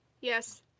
Yes